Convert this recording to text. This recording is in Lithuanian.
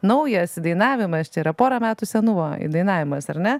naujas dainavimas čia yra porą metų senumo dainavimas ar ne